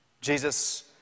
Jesus